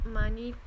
money